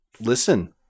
listen